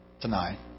tonight